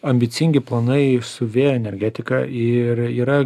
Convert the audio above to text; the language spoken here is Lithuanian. ambicingi planai su vėjo energetika ir yra